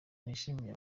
nishimye